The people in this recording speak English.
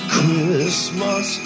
Christmas